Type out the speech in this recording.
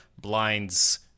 blinds